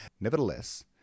Nevertheless